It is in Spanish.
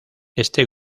este